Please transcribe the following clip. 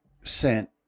sent